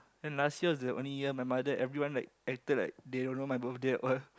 then last year was the only year my mother everyone like acted like they don't know my birthday at all